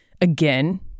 again